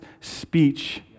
speech